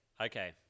Okay